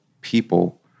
people